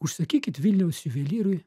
užsakykit viliaus juvelyrui